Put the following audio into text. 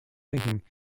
thinking